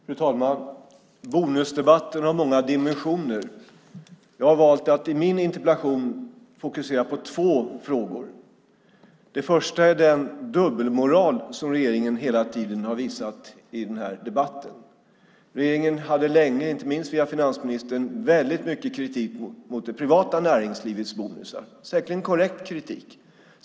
Fru talman! Bonusdebatten har många dimensioner. Jag har valt att i min interpellation fokusera på två frågor. Det första är den dubbelmoral som regeringen hela tiden har visat i den här debatten. Regeringen hade länge, inte minst via finansministern, väldigt mycket kritik mot det privata näringslivets bonusar. Det var säkerligen en korrekt kritik.